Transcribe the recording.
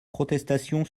protestations